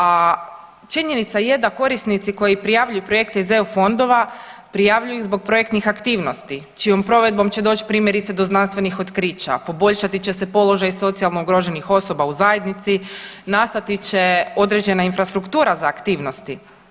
A činjenica je da korisnici koji prijavljuju projekte iz EU fondova prijavljuju ih zbog projektnih aktivnosti čijom provedbom će doći primjerice do znanstvenih otkrića, poboljšati će se položaj socijalno ugroženih osoba u zajednici, nastati će određena infrastruktura za aktivnosti.